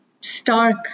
stark